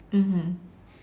mmhmm